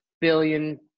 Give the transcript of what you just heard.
billion